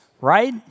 right